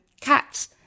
cats